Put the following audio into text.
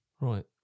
Right